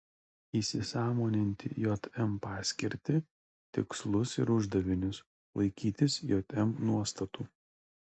įsisąmoninti jm paskirtį tikslus ir uždavinius laikytis jm nuostatų